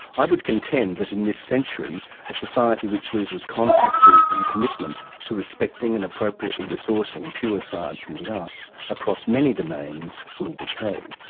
i would contend that in this century a society which loses contact with and commitment to respecting and appropriately resourcing pure science and the arts across many domains, will decay.